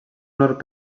nord